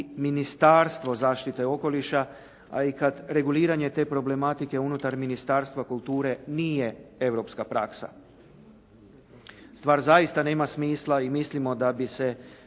Ministarstvo zaštite okoliša, a i kada reguliranje te problematike unutar Ministarstva kulture nije europska praksa. Stvar zaista nema smisla i mislimo da bi se